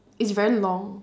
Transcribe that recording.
it's very long